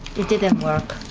it didn't work.